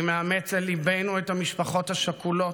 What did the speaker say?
אני מאמץ אל ליבנו את המשפחות השכולות,